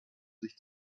sich